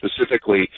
specifically